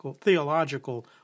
theological